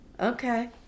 Okay